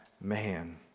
man